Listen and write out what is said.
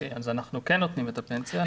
אנחנו כן נותנים את הפנסיה.